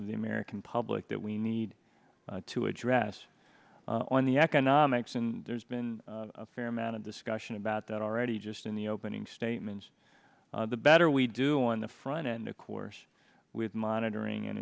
of the american public that we need to address on the economics and there's been a fair amount of discussion about that already just in the opening statements the better we do on the front end of course with monitoring and